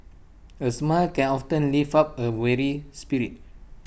A smile can often ten lift up A weary spirit